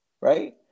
right